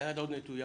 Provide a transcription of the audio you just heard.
היד עוד נטויה.